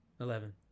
Eleven